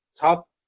top